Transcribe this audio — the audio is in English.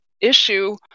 issue